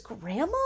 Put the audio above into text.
grandma